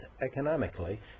economically